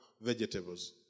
vegetables